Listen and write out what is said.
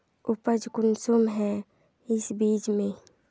उपज कुंसम है इस बीज में?